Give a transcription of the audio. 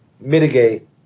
mitigate